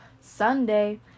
Sunday